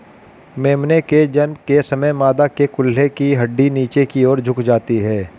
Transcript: मेमने के जन्म के समय मादा के कूल्हे की हड्डी नीचे की और झुक जाती है